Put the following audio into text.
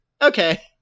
okay